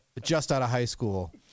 just-out-of-high-school